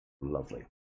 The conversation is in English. lovely